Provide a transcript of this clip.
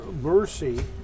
Mercy